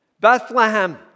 Bethlehem